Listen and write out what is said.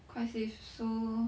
quite safe so